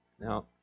Now